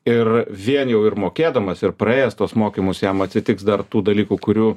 ir vien jau ir mokėdamas ir praėjęs tuos mokymus jam atsitiks dar tų dalykų kurių